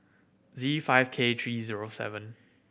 Z five K three O seven